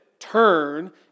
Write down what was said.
Turn